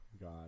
God